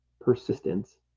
persistence